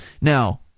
Now